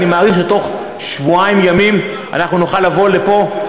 אני מעריך שבתוך שבועיים ימים אנחנו נוכל לבוא לפה,